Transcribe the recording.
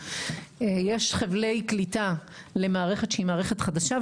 יש חבלי קליטה למערכת שהיא מערכת חדשה,